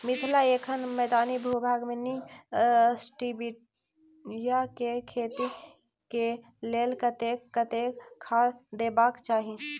मिथिला एखन मैदानी भूभाग मे नीक स्टीबिया केँ खेती केँ लेल कतेक कतेक खाद देबाक चाहि?